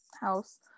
house